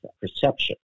perception